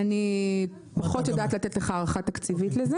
אני פחות יודעת לתת לך הערכה תקציבית לזה